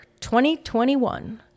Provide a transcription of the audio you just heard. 2021